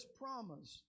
promise